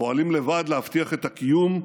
פועלים לבד להבטיח את הקיום,